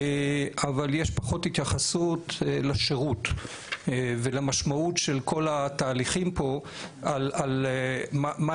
אבל יש פחות התייחסות לשירות ולמשמעות של כל התהליכים פה על מה